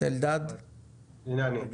הנה אני.